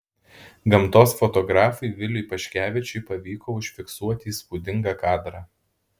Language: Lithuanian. gamtos fotografui viliui paškevičiui pavyko užfiksuoti įspūdingą kadrą